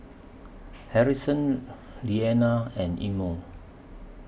Harrison Lilliana and Imo